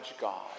God